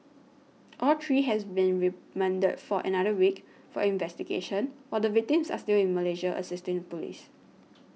all three has been remanded for another week for investigations while the victims are still in Malaysia assisting police